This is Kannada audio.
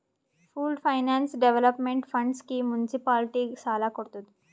pooled finance development fund scheme ಮುನ್ಸಿಪಾಲಿಟಿಗ ಸಾಲ ಕೊಡ್ತುದ್